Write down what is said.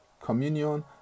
communion